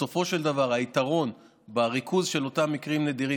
בסופו של דבר היתרון בריכוז של אותם מקרים נדירים